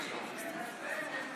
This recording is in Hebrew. ימינה, שמאלה, סילמן,